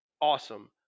awesome